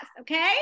Okay